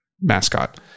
mascot